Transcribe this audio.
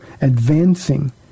advancing